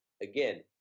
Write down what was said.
Again